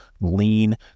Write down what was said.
lean